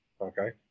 Okay